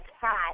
cat